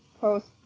post